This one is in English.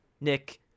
Nick